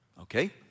Okay